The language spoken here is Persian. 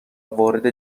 وارد